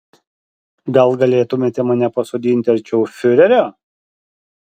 gal galėtumėte mane pasodinti arčiau fiurerio